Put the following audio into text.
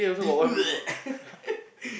they